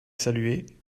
saluer